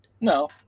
No